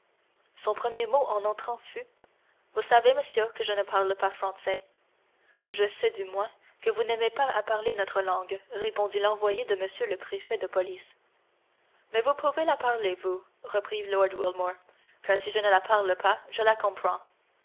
son premier mot en entrant fut vous savez monsieur que je ne parle pas français je sais du moins que vous n'aimez pas à parler notre langue répondit l'envoyé de m le préfet de police mais vous pouvez la parler vous reprit lord wilmore car si je ne la parle pas je la comprends